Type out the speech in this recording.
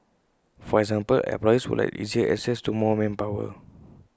for example employers would like easier access to more manpower